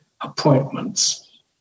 appointments